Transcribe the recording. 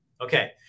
okay